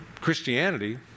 Christianity